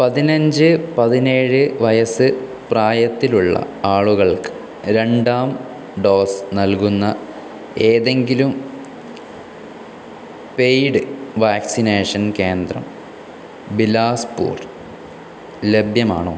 പതിനഞ്ച് പതിനേഴ് വയസ്സ് പ്രായത്തിലുള്ള ആളുകൾക്ക് രണ്ടാം ഡോസ് നൽകുന്ന ഏതെങ്കിലും പെയ്ഡ് വാക്സിനേഷൻ കേന്ദ്രം ബിലാസ്പൂർ ലഭ്യമാണോ